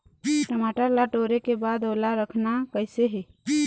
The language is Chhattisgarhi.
टमाटर ला टोरे के बाद ओला रखना कइसे हे?